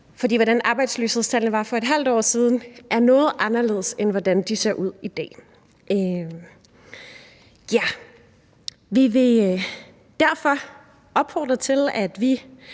for arbejdsløshedstallet var for et halvt år siden noget anderledes, end det ser ud i dag. Vi vil derfor opfordre til, at vi